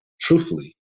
truthfully